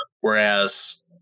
whereas